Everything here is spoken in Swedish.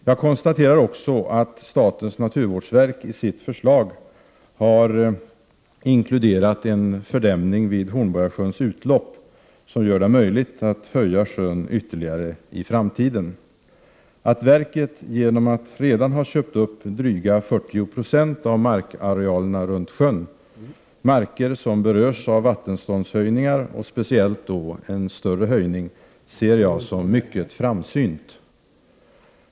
Jag konstaterar också att statens naturvårdsverk i sitt förslag har inkluderat en fördämning vid Hornborgasjöns utlopp som gör det möjligt att höja sjön ytterligare i framtiden. Jag ser det som mycket framsynt att verket redan har köpt upp drygt 40 96 av markarealerna runt sjön — marker som berörs av vattenståndshöjningar och speciellt då en större höjning.